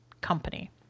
company